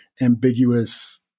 ambiguous